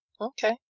Okay